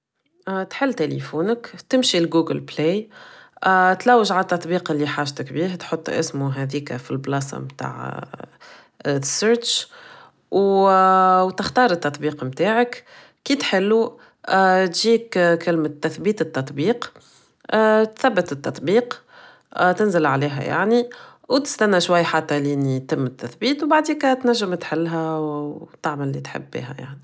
تحل تيليفونك تمشي ل ڨوڨل بلاي تلوج على التطبيق اللي حاجتك بيه تحط اسمو هديك فلبلاصة متاع search و تختار التطبيق متاعك كي تحلو تجيك كلمة تثبيت التطبيق تثبت التطبيق تنزل علبها يعني و تستنا شوي حتى لان يتم التثبيت بعديكا تنجم تحلها و تعمل اللي تحب بيها يعني